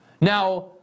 Now